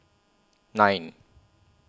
nine